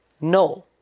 No